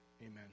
amen